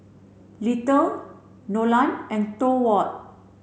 Littie Nolan and Thorwald